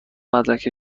مدارک